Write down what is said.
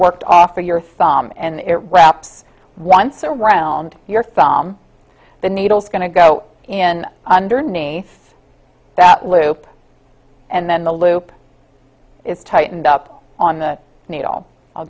worked off with your thumb and it wraps once around your thumb the needles going to go in underneath that loop and then the loop is tightened up on the needle i'll